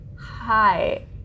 hi